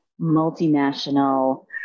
multinational